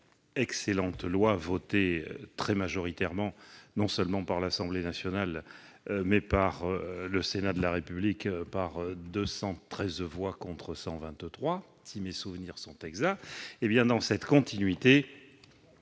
excellente loi votée très majoritairement non seulement par l'Assemblée nationale, mais aussi par le Sénat de la République par 213 voix contre 123 si mes souvenirs sont exacts, le Gouvernement a fait